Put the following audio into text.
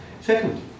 Second